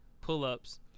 pull-ups